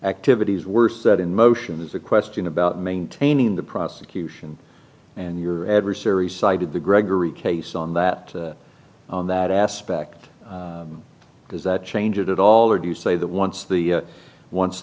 activities were set in motion is a question about maintaining the prosecution and your adversary cited the gregory case on that on that aspect does that change it at all or do you say that once the once